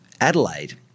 Adelaide